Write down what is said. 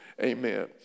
amen